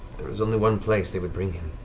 there is only one place they would bring him